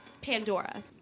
Pandora